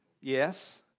Yes